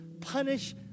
punish